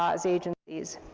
as agencies,